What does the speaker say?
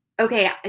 okay